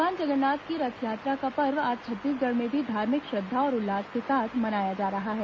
भगवान जगन्नाथ की रथयात्रा का पर्व आज छत्तीसगढ़ में भी धार्मिक श्रद्वा और उल्लास के साथ मनाया जा रहा है